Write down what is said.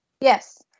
Yes